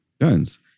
guns